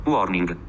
Warning